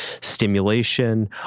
stimulation